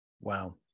Wow